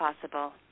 possible